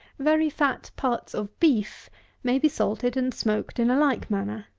very fat parts of beef may be salted and smoked in a like manner.